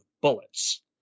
bullets